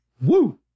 Woo